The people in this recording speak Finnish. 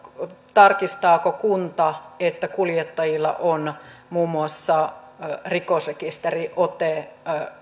tarkistaako kunta että kuljettajilla on muun muassa rikosrekisteriote